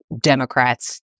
Democrats